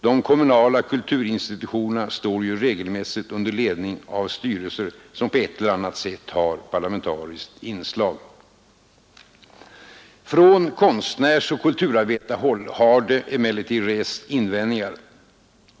De kommunala kulturinstitutionerna står ju regelmässigt under ledning av styrelser, som på ett eller annat sätt har parlamentariskt inslag. Från konstnärsoch kulturarbetarhåll har det emellertid rests invändningar.